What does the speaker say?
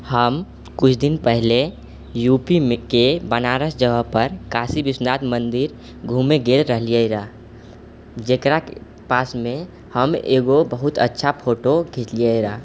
हम किछु दिन पहिले यू पी मे के बनारस जगहपर काशी विश्वनाथ मन्दिर घूमै गेल रहियै रऽ जेकरा पासमे हम एगो बहुत अच्छा फोटो घीचलियै रऽ